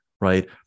right